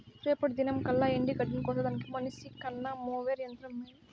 రేపటి దినంకల్లా ఎండగడ్డిని కోసేదానికి మనిసికన్న మోవెర్ యంత్రం మేలు